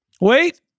Wait